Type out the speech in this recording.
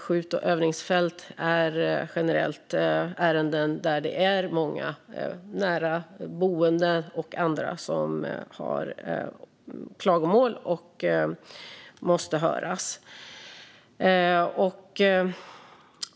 Skjut och övningsfält är generellt ärenden där det finns många nära boenden och andra som har klagomål och måste höras.